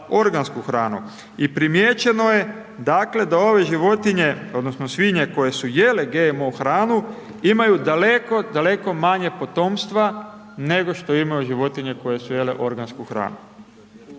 organsku hranu. I primijećeno je dakle, da ove životinje, odnosno, svinje, koje su jele GMO hranu, imaju daleko, daleko manje potomstva, nego što imaju životinje, koje su jele organsku hranu.